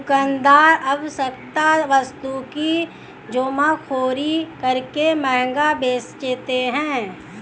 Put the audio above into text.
दुकानदार आवश्यक वस्तु की जमाखोरी करके महंगा बेचते है